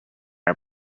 are